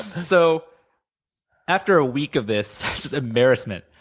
so after a week of this just embarrassment,